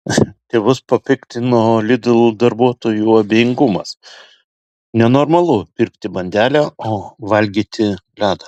tėvus papiktino lidl darbuotojų abejingumas nenormalu pirkti bandelę o valgyti ledą